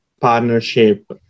partnership